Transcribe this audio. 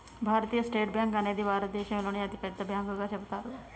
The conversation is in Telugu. భారతీయ స్టేట్ బ్యేంకు అనేది భారతదేశంలోనే అతిపెద్ద బ్యాంకుగా చెబుతారు